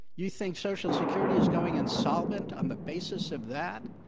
you think social security is going insolvent on the basis of that?